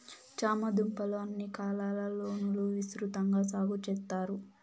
చామ దుంపలు అన్ని కాలాల లోనూ విసృతంగా సాగు చెత్తారు